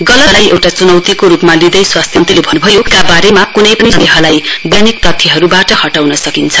गलत सूचनाहरूलाई एउटा चुनौतीको रूपमा लिँदै स्वास्थ्य मन्त्रीले भन्नुभयो टीकाबारेमा कुनै पनि सन्देहलाई वैज्ञानिक तथ्यहरूबाट हटाउन सकिन्छ